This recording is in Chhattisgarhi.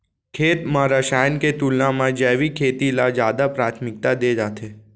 खेत मा रसायन के तुलना मा जैविक खेती ला जादा प्राथमिकता दे जाथे